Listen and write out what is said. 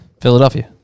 Philadelphia